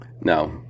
No